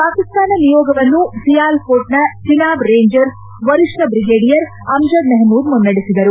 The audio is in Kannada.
ಪಾಕಿಸ್ತಾನ ನಿಯೋಗವನ್ನು ಸಿಯಾಲ್ಕೋಟ್ನ ಚಿನಾಬ್ ರೇಂಜರ್ಸ್ ವರಿಷ್ಠ ಬ್ರಿಗೇಡಿಯರ್ ಅಮ್ದದ್ ಮೆಹಮೂದ್ ಮುನ್ನಡೆಸಿದರು